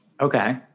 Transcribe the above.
okay